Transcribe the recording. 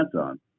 on